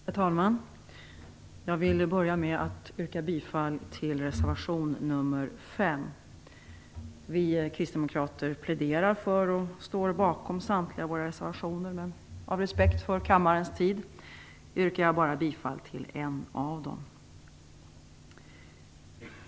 Herr talman! Jag vill börja med att yrka bifall till reservation nr 5. Vi kristdemokrater pläderar för och står bakom samtliga våra reservationer, men av respekt för kammarens tid yrkar jag bara bifall till en av dem.